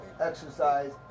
exercise